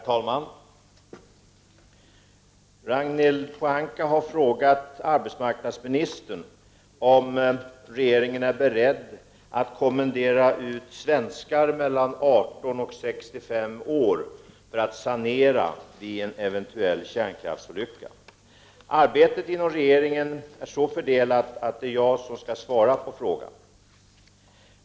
Herr talman! Ragnhild Pohanka har frågat arbetsmarknadsministern om regeringen är beredd att kommendera ut svenskar mellan 18 och 65 år för att sanera vid en eventuell kärnkraftsolycka. Arbetet inom regeringen är så fördelat att det är jag som skall svara på frågan.